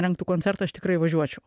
rengtų koncertą aš tikrai važiuočiau